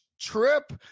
trip